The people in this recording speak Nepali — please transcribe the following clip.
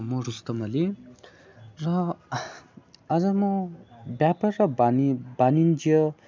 मो रुस्तम अली र आज म व्यापार र बाणी बाणिज्य